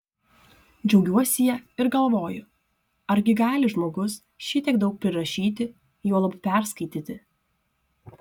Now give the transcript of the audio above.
džiaugiuosi ja ir galvoju argi gali žmogus šitiek daug prirašyti juolab perskaityti